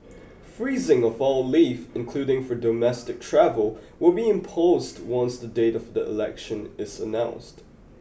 freezing of all leave including for domestic travel will be imposed once the date of the election is announced